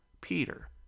Peter